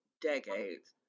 decades